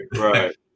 right